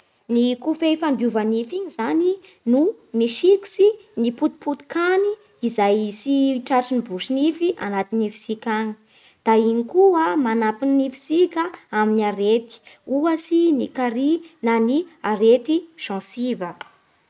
Ny kofehy fandiova-nify iny zany no misikotsy ny potipoti-kany izay tsy tratrin'ny borosy nify anaty nifintsika any, da iny koa manampy ny nifintsika amin'ny arety, ohatsy ny kary na ny arety gencive